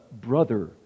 brother